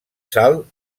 salt